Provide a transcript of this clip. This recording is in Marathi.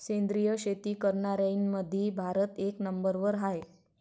सेंद्रिय शेती करनाऱ्याईमंधी भारत एक नंबरवर हाय